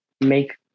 make